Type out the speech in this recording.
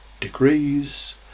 degrees